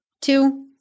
Two